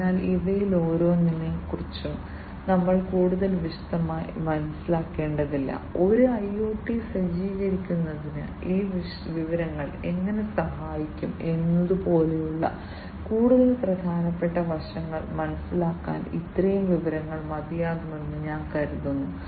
അതിനാൽ ഇവയിൽ ഓരോന്നിനെയും കുറിച്ച് ഞങ്ങൾ കൂടുതൽ വിശദമായി മനസ്സിലാക്കേണ്ടതില്ല ഒരു IoT സജ്ജീകരിക്കുന്നതിന് ഈ വിവരങ്ങൾ എങ്ങനെ സഹായിക്കും എന്നതുപോലുള്ള കൂടുതൽ പ്രധാനപ്പെട്ട വശങ്ങൾ മനസിലാക്കാൻ ഇത്രയും വിവരങ്ങൾ മതിയാകുമെന്ന് ഞാൻ കരുതുന്നു